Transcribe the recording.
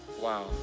wow